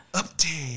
update